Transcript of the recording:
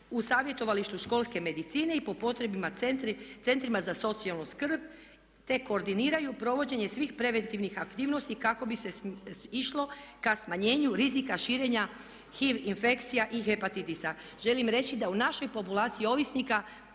u savjetovalištu školske medicine i po potrebama centrima za socijalnu skrb, te koordiniraju provođenje svih preventivnih aktivnosti kako bi se išlo ka smanjenju rizika šira HIV infekcija i hepatitisa. Želim reći da u našoj populaciji ovisnika